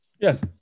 Yes